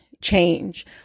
change